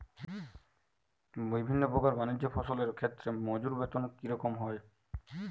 বিভিন্ন প্রকার বানিজ্য ফসলের ক্ষেত্রে মজুর বেতন কী রকম হয়?